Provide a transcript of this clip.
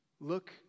Look